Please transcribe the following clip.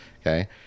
Okay